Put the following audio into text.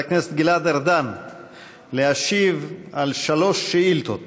הכנסת גלעד ארדן להשיב על שלוש שאילתות,